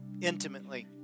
intimately